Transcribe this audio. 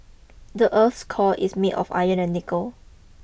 the earth's core is made of iron and nickel